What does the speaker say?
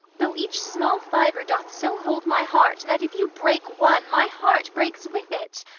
though each small fibre doth so hold my heart that if you break one, my heart breaks with it?